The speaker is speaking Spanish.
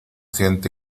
gente